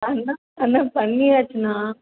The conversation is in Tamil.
அண்ணா அண்ணா பண்ணியாச்சுண்ணா